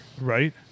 Right